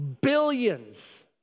Billions